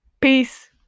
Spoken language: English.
Peace